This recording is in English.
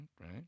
right